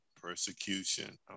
persecution